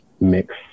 mix